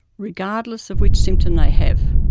regardless of which symptom they have.